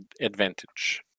advantage